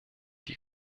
die